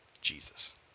Jesus